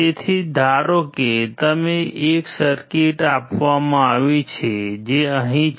તેથી ધારો કે તમને એક સર્કિટ આપવામાં આવી છે જે અહીં છે